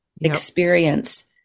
experience